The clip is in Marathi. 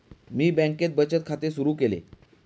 मी बँकेत बचत खाते सुरु केले